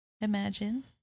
Imagine